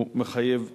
והוא מחייב טיפול.